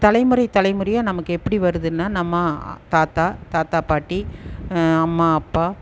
தலைமுறை தலைமுறையாக நமக்கு எப்படி வருதுன்னால் நம்ம தாத்தா தாத்தா பாட்டி அம்மா அப்பா